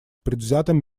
предвзятым